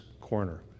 corner